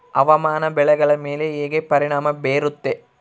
ಹವಾಮಾನ ಬೆಳೆಗಳ ಮೇಲೆ ಹೇಗೆ ಪರಿಣಾಮ ಬೇರುತ್ತೆ?